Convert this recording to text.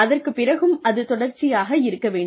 அதற்குப் பிறகும் அது தொடர்ச்சியாக இருக்க வேண்டும்